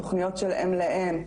תוכניות של אם לאם,